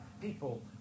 people